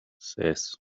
ses